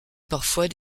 parfois